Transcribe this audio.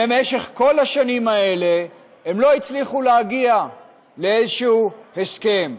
במשך כל השנים האלה הם לא הצליחו להגיע לאיזשהו הסכם.